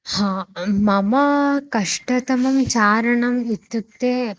ह मम कष्टतमं चारणम् इत्युक्ते